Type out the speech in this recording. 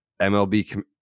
MLB